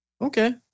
Okay